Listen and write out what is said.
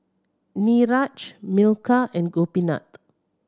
Niraj Milkha and Gopinath